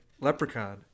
Leprechaun